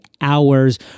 hours